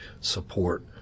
support